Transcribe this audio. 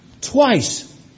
twice